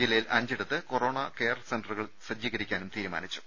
ജില്ലയിൽ അഞ്ചിടത്ത് corona care സെന്റ റുകൾ സജ്ജീകരിക്കാനും തീരുമാനിച്ചു